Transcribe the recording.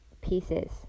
pieces